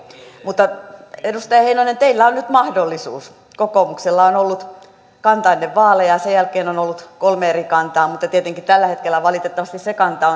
edustaja heinonen teillä on nyt mahdollisuus kokoomuksella on ollut kanta ennen vaaleja ja sen jälkeen on ollut kolme eri kantaa mutta tietenkin tällä hetkellä valitettavasti se kanta